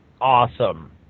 awesome